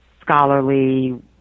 scholarly